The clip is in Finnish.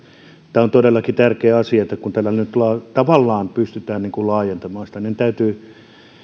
tämä on todellakin tärkeä asia kun tällä nyt tavallaan pystytään laajentamaan sitä niin täytyy